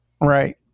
Right